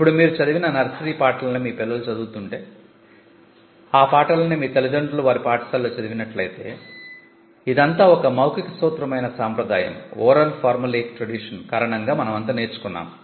ఇప్పుడు మీరు చదివిన నర్సరీ పాటలనే మీ పిల్లలు చదువుతుంటే ఆ పాటలనే మీ తల్లిదండ్రులు వారి పాఠశాలలో చదివినట్లయితే ఇదంతా ఒక మౌఖిక సూత్రప్రాయమైన సాంప్రదాయం కారణంగా మనమంతా నేర్చుకున్నాము